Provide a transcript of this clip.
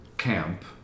Camp